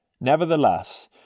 Nevertheless